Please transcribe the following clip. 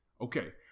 okay